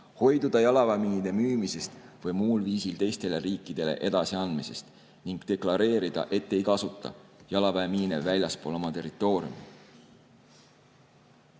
hoiduda jalaväemiinide müümisest või muul viisil teistele riikidele edasiandmisest ning deklareerida, et ei kasuta jalaväemiine väljaspool oma territooriumi.